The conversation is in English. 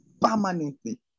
permanently